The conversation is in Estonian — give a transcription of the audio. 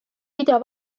video